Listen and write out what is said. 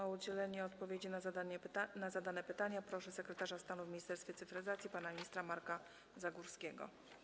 O udzielenie odpowiedzi na zadane pytania proszę sekretarza stanu w Ministerstwie Cyfryzacji pana ministra Marka Zagórskiego.